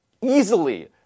easily